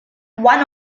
one